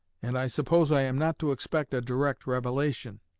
and i suppose i am not to expect a direct revelation.